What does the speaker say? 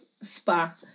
Spa